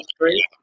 three